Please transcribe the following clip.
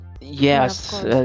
yes